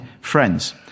friends